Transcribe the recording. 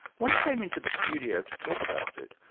when he came into the studio to talk about it,